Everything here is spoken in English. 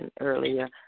earlier